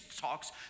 talks